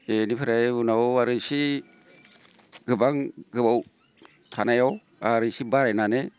बेनिफ्राय उनाव आरो इसे गोबां गोबाव थानायाव आर इसे बारायनानै